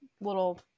little